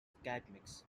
academics